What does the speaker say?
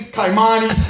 Kaimani